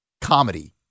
comedy